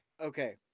Okay